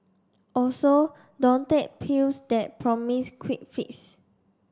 also don't take pills that promise quick fix